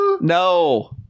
No